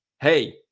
hey